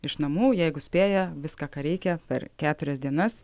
iš namų jeigu spėja viską ką reikia per keturias dienas